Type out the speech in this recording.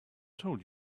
told